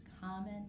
common